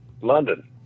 London